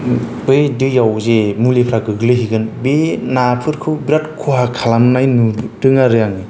बै दैयावजे मुलिफ्रा गोग्लैहैगोन बे नाफोरखौ बिराद खहा खालामनाय नुदों आरो आङो